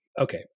Okay